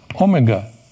omega